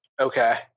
okay